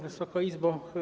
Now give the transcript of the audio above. Wysoka Izbo!